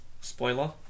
spoiler